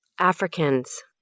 Africans